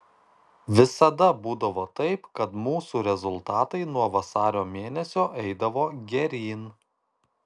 visada būdavo taip kad mūsų rezultatai nuo vasario mėnesio eidavo geryn